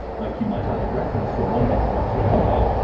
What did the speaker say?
like you might have a reference from one document to another,